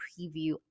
preview